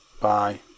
bye